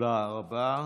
תודה רבה.